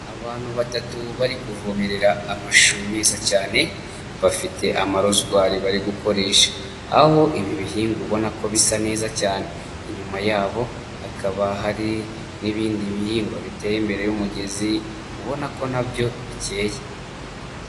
Abantu batatu bari kuvomerera amashu meza cyane, bafite amarozwari bari gukoresha. Aho ibi bihingwa ubona ko bisa neza cyane. Inyuma yabo hakaba hari n'ibindi bihingwa biteye imbere y'umugezi, ubona ko nabyo bikeye.